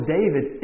David